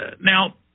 Now